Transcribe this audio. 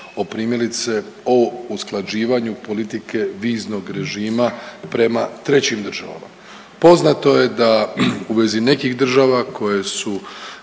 o primjerice o usklađivanju politike viznog režima prema trećim državama. Poznato je da u vezi nekih država koje su